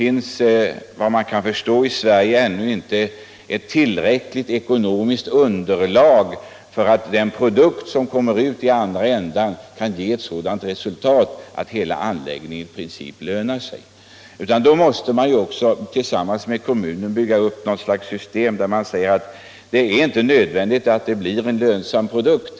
Enligt vad jag kan förstå finns det i Sverige ännu inte ett tillräckligt gott ekonomiskt underlag för den produkt som kommer ut av processen för att anläggningen i princip skall löna sig. Därför måste kommunerna medverka vid uppbyggandet av något system där man inte utgår från att det är nödvändigt att erhålla en lönsam produkt.